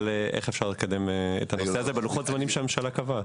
איך אפשר לקדם את הנושא הזה בלוחות הזמנים שהממשלה קבעה.